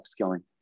upskilling